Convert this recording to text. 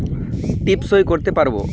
টিপ সই করতে পারবো?